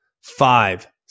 five